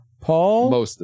Paul